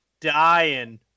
dying